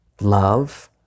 Love